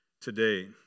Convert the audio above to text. today